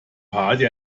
party